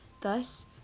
Thus